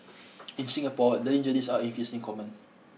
in Singapore learning journeys are increasingly common